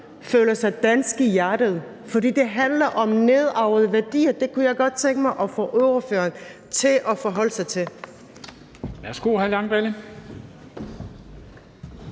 føler sig dansk i hjertet, for det handler om nedarvede værdier. Det kunne jeg godt tænke mig at få ordføreren til at forholde sig til.